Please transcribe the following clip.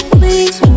please